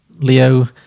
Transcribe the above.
Leo